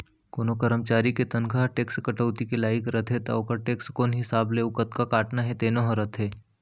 कोनों करमचारी के तनखा ह टेक्स कटौती के लाइक रथे त ओकर टेक्स कोन हिसाब ले अउ कतका काटना हे तेनो ह रथे